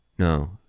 No